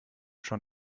schon